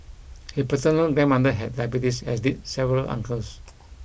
he paternal grandmother had diabetes as did several uncles